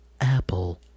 Apple